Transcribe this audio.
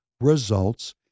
results